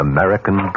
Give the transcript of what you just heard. American